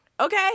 Okay